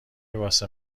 واسه